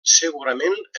segurament